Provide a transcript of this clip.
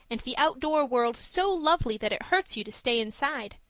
and the outdoor world so lovely that it hurts you to stay inside.